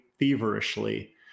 feverishly